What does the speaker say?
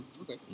Okay